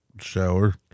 shower